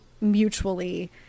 mutually